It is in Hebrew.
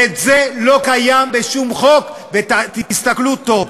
וזה לא קיים בשום חוק, תסתכלו טוב.